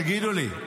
תגידו לי.